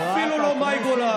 אפילו לא מאי גולן,